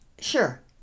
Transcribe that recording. sure